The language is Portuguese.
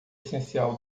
essencial